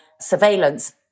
surveillance